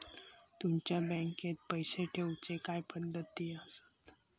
तुमच्या बँकेत पैसे ठेऊचे काय पद्धती आसत?